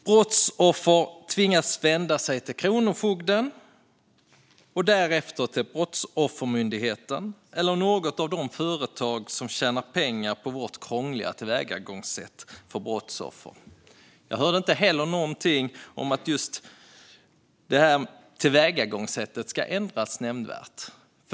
Brottsoffer tvingas vända sig till Kronofogden och därefter till Brottsoffermyndigheten eller något av de företag som tjänar pengar på vårt krångliga tillvägagångssätt för brottsoffer. Jag hörde inte heller något om att just det tillvägagångssättet skulle ändras nämnvärt.